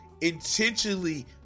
intentionally